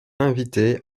invitées